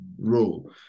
role